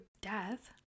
death